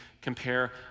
compare